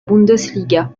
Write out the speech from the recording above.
bundesliga